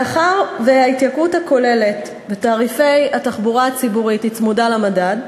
מאחר שההתייקרות הכוללת בתעריפי התחבורה הציבורית צמודה למדד,